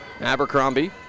Abercrombie